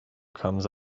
comes